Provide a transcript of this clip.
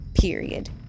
period